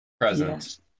Presence